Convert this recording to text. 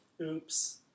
Oops